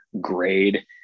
grade